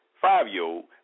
five-year-old